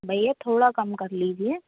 भैये थोड़ा कम कर लीजिए